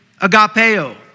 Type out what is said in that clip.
agapeo